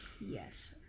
Yes